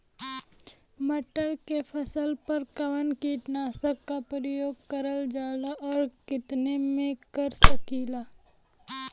मटर के फसल पर कवन कीटनाशक क प्रयोग करल जाला और कितना में कर सकीला?